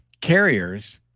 carriers.